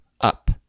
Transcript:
up